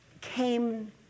came